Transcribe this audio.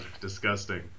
Disgusting